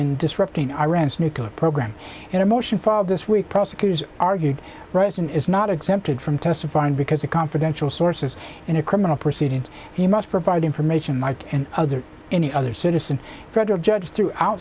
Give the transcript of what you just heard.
in disrupting iran's nuclear program in a motion filed this week prosecutors argued rosen is not exempted from testifying because a confidential sources in a criminal proceeding he must provide information mike and other any other citizen federal judge threw out